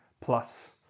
plus